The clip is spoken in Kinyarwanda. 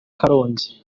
karongi